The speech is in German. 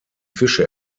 fische